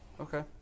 Okay